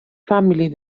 family